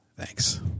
Thanks